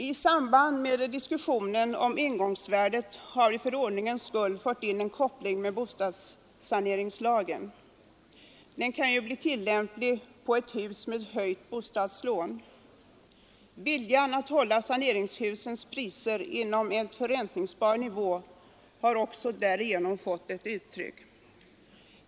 I samband med diskussionen om ingångsvärdet har vi för ordningens skull fört in en koppling med bostadssaneringslagen. Den kan ju bli tillämplig på ett hus med höjt bostadslån. Viljan att hålla saneringshusens priser på en förräntningsbar nivå har också därigenom fått ett uttryck.